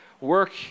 work